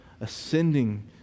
ascending